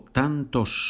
tantos